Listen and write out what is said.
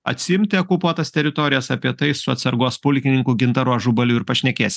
atsiimti okupuotas teritorijas apie tai su atsargos pulkininku gintaru ažubaliu ir pašnekėsim